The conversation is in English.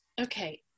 Okay